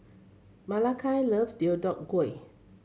Malakai love Deodeok Gui